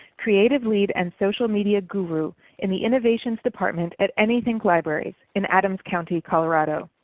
creative lead and social media guru in the innovations department at anythink libraries in adams county colorado.